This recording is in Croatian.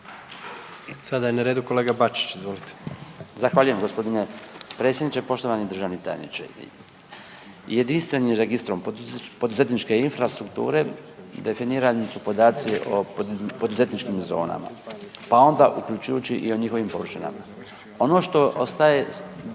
Sada je na redu kolega Bačić, izvolite. **Bačić, Branko (HDZ)** Zahvaljujem g. predsjedniče, poštovani državni tajniče. Jedinstvenim registrom poduzetničke infrastrukture definirani su podaci o poduzetničkim zonama pa onda uključujući i njihovim površinama. Ono što ostaje